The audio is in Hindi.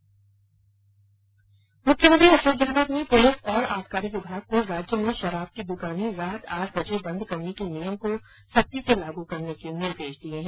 मुख्यमंत्री अशोक गहलोत ने पुलिस और आबकारी विभाग को राज्य में शराब की दुकाने रात आठ बजे बंद करने के नियम को सख्ती से लागू करने के निर्देश दिए हैं